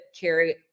Carry